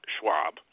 Schwab